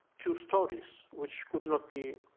two stories which could not be